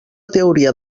teoria